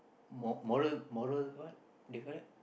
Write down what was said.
mo~ moral moral what they call that